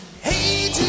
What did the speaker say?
Hey